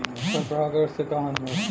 पर परागण से का हानि बा?